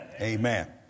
Amen